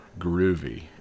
groovy